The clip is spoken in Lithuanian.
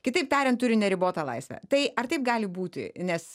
kitaip tariant turi neribotą laisvę tai ar taip gali būti nes